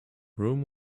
rome